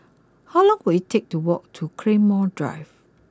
how long will it take to walk to Claymore Drive